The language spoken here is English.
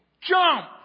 Jump